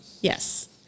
yes